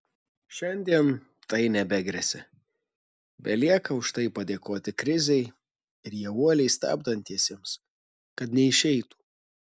šiandien tai nebegresia belieka už tai padėkoti krizei ir ją uoliai stabdantiesiems kad neišeitų